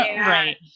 right